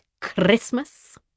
Christmas